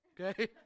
okay